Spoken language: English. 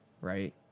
Right